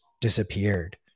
disappeared